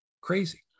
Crazy